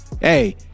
Hey